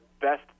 best